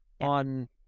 on